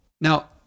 Now